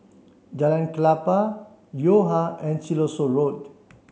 Jalan Klapa Yo Ha and Siloso Road